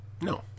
No